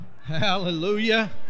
Hallelujah